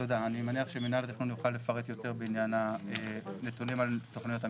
אני מניח שמינהל התכנון יוכל לפרט יותר בעניין הנתונים על תכניות המתאר.